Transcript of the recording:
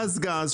"פז גז",